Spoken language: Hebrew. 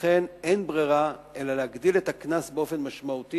ולכן אין ברירה אלא להגדיל את הקנס באופן משמעותי,